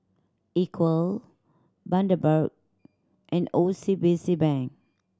Equal Bundaberg and O C B C Bank